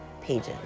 pages